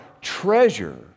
treasure